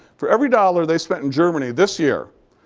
for every dollar they spent in germany this year,